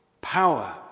power